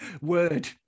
Word